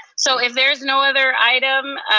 so if there's no other item,